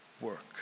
work